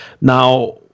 now